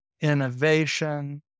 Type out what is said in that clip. innovation